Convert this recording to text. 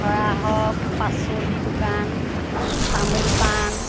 ধৰা হওক পাচলি দোকান তামোল পাণ